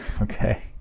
Okay